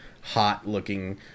hot-looking